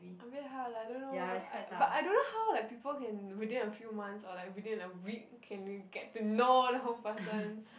a bit hard lah I don't know but I don't know how like people can within a few months or like within a week can get to know the whole person